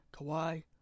Kawhi